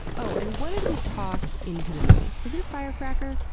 oh, and what did we toss into the moon? was it a firecracker?